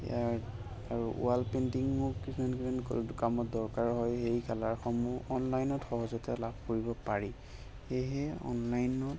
ইয়াৰ আৰু ৱাল পেইন্টিঙো কিছুমান কিছুমান কামত দৰকাৰ হয় আৰু এই কালাৰসমূহ অনলাইনত সহজতে লাভ কৰিব পাৰি সেয়েহে অনলাইনত